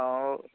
অ'